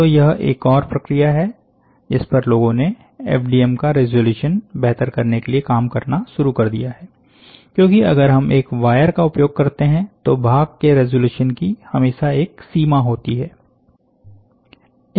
तो यह एक और प्रक्रिया है जिस पर लोगों ने एफडीएम का रेजोल्यूसन बेहतर करने के लिए काम करना शुरू कर दिया है क्योंकि अगर हम एक वायरका उपयोग करते हैं तो भाग के रेजोल्यूसन की हमेशा एक सीमा होती है